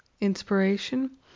inspiration